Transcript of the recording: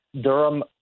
Durham